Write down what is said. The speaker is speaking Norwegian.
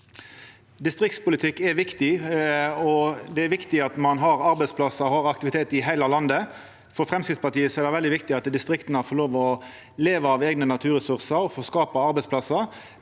Distriktspolitikk er viktig, og det er viktig at ein har arbeidsplassar og aktivitet i heile landet. For Framstegspartiet er det veldig viktig at distrikta får lov til å leva av eigne naturressursar og skapa arbeidsplassar.